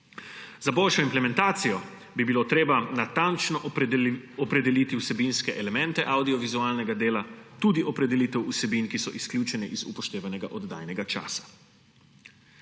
Za boljšo implementacijo bi bilo treba natančno opredeliti vsebinske elemente avdiovizualnega dela, tudi opredelitev vsebin, ki so izključene iz upoštevanega oddajnega časa.